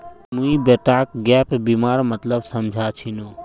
मुई बेटाक गैप बीमार मतलब समझा छिनु